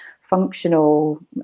functional